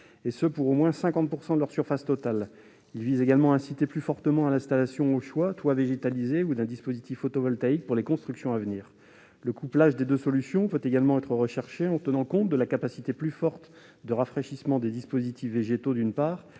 et ce pour au moins 50 % de leur surface totale. Il tend également à inciter plus fortement à l'installation, au choix, de toits végétalisés ou d'un dispositif photovoltaïque sur les constructions à venir. Le couplage des deux solutions peut également être envisagé, en tenant compte de la plus forte capacité de rafraîchissement des dispositifs végétaux, d'une part,